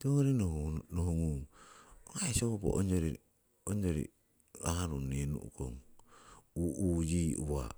Tiwongori nohungong ong aii sopo onyori aarung nee nu'kong huhu yii uwa.